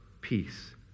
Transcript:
peace